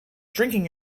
drinking